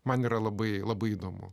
man yra labai labai įdomu